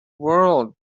world